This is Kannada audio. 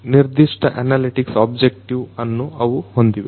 ನಿರ್ದಿಷ್ಟ ಅನಲೆಟಿಕ್ಸ್ ಆಬ್ಜೆಕ್ಟಿವ್ ಅನ್ನು ಅವು ಹೊಂದಿವೆ